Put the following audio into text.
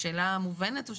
השאלה מובנת?